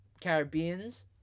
Caribbean's